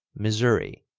missouri,